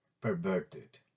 perverted